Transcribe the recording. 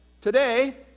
today